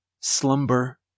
slumber